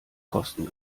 kosten